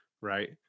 right